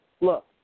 look